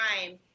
time